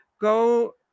go